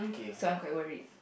so I'm quite worried